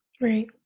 Right